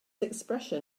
expression